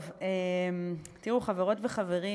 ראשונת הדוברים, חברת הכנסת תמר זנדברג.